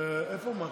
חבריי חברי הכנסת,